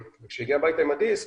כשהיא הגיעה הבית עם הדיסק,